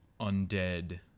undead